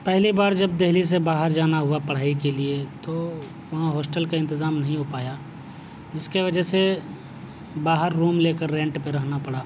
پہلی بار جب دہلی سے باہر جانا ہوا پڑھائی کے لیے تو وہاں ہاسٹل کا انتظام نہیں ہو پایا جس کے وجہ سے باہر روم لے کر رینٹ پر رہنا پڑا